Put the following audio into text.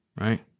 right